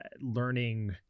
learning